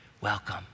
welcome